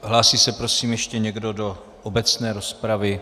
Hlásí se prosím ještě někdo do obecné rozpravy?